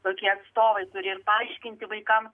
tokie atstovai turi ir paaiškinti vaikams